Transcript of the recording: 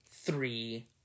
three